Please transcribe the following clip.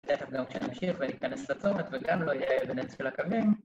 תכף גם שאני אמשיך ואני אכנס לצומת וגם לא יהיה בנס של הקווים